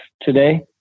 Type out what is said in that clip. today